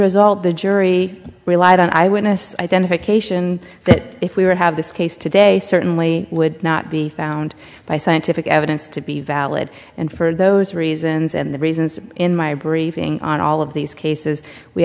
result the jury relied on eyewitness identification that if we would have this case today certainly would not be found by scientific evidence to be valid and for those reasons and the reasons in my briefing on all of these cases we